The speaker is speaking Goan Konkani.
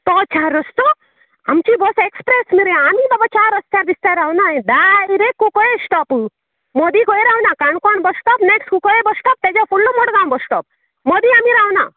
तो चार रोस्तो आमची बोस एक्प्रेस मरे आमी बाबा चार रस्त्यार बिस्त्यार रोवोनाय डायरेक्ट कुंकळ्ळे स्टाॅप मदी खंय रोवोना काणकोणचो बसस्टाॅप नेक्स्ट कुंकळ्ळे बसस्टाॅप तेजे फुडलो मडगांव बसस्टाॅप मोदीं आनी रावना